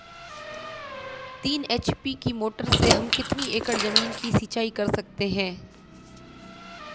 तीन एच.पी की मोटर से हम कितनी एकड़ ज़मीन की सिंचाई कर सकते हैं?